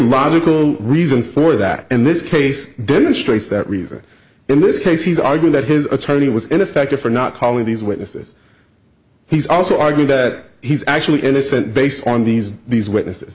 logical reason for that and this case demonstrates that reason in this case he's arguing that his attorney was in effect for not calling these witnesses he's also argued that he's actually innocent based on these these witnesses